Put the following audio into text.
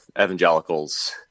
evangelicals